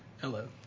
Hello